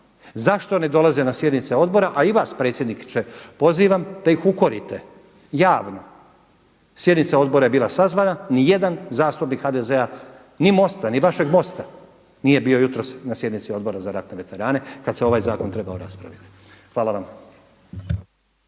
zašto ne dolaze na sjednice odbora, a i vas predsjedniče pozivam da ih ukorite javno. Sjednica odbora je bila sazvana ni jedan zastupnik HDZ-a ni MOST-a, ni vašeg MOST-a nije bio jutros na sjednici Odbora za ratne veterane kad se ovaj zakon trebao raspraviti. Hvala vam.